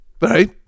Right